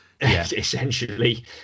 essentially